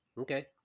okay